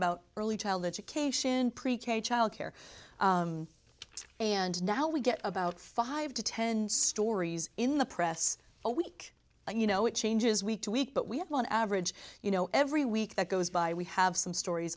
about early childhood education pre k childcare and now we get about five to ten stories in the press a week you know it changes week to week but we have on average you know every week that goes by we have some stories